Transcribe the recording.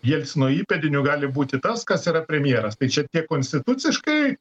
jelcino įpėdiniu gali būti tas kas yra premjeras tai čia tiek konstituciškai